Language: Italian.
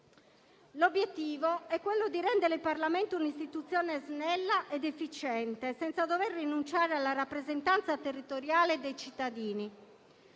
L'obiettivo è rendere il Parlamento un'istituzione snella ed efficiente, senza dover rinunciare alla rappresentanza territoriale dei cittadini.